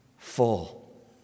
full